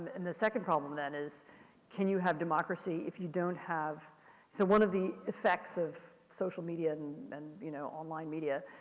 and the second problem then is can you have democracy if you don't have, so one of the effects of social media and and, you know, online media,